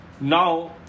now